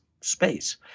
space